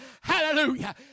Hallelujah